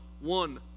one